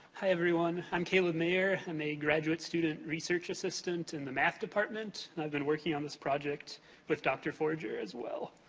hi everyone. i'm caleb mayer. i'm a graduate student research assistant in the math department. i've been working on this project with dr. forger as well.